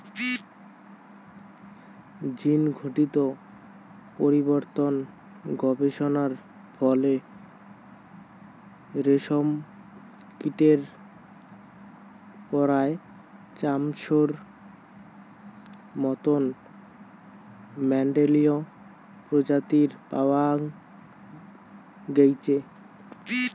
জীনঘটিত পরিবর্তন গবেষণার ফলে রেশমকীটের পরায় চারশোর মতন মেন্ডেলীয় প্রজাতি পাওয়া গেইচে